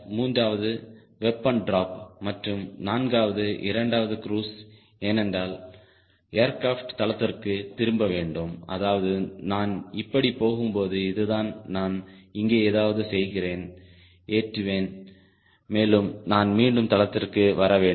மூன்றாவது weapon drop மற்றும் நான்காவது இரண்டாவது க்ரூஸ் ஏனென்றால் ஏர்கிராப்ட் தளத்திற்குத் திரும்ப வேண்டும் அதாவது நான் இப்படிப் போகும்போது இதுதான் நான் இங்கே ஏதாவது செய்கிறேன் ஏற்றுவேன் மேலும் நான் மீண்டும் தளத்திற்கு வர வேண்டும்